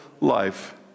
life